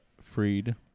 freed